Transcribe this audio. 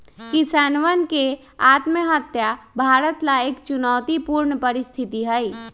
किसानवन के आत्महत्या भारत ला एक चुनौतीपूर्ण परिस्थिति हई